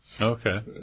Okay